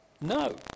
No